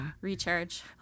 recharge